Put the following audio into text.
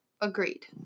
Agreed